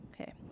Okay